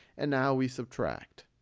and now, we subtract.